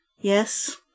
yes